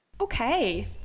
okay